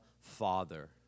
Father